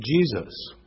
Jesus